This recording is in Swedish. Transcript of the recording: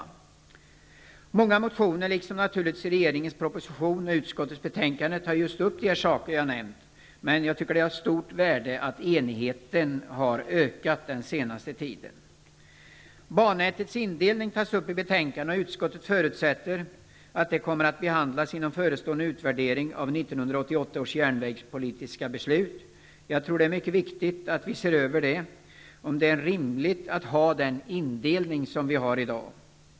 I många motioner, liksom naturligtvis i regeringens proposition och utskottets betänkande, tas just de saker som jag här nämnt upp. Jag tycker att det är av stort värde att enigheten har ökat under den senaste tiden. Bannätets indelning tas upp i betänkandet. Utskottet förutsätter att frågan kommer att behandlas inom ramen för förestående utvärdering av 1988 års järnvägspolitiska beslut. Jag tror att det är mycket viktigt med en översyn för att se om det är rimligt att ha den indelning som vi har i dag.